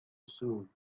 soon